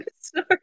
sorry